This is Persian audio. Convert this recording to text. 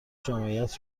جامعیت